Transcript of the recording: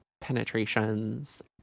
penetrations